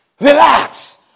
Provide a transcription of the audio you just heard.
Relax